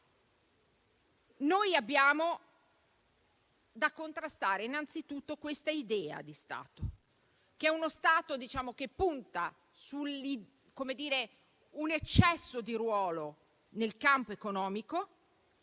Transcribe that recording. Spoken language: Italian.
Noi abbiamo da contrastare innanzitutto un'idea di Stato che punta su un eccesso di ruolo nel campo economico